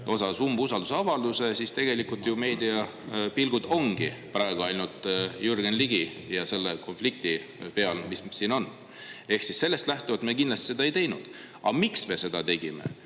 osas umbusaldusavalduse, siis tegelikult meedia pilgud ongi praegu ainult Jürgen Ligi ja selle konflikti peal, mis siin on. Ehk siis sellest lähtuvalt me kindlasti seda ei teinud. Aga miks me seda tegime,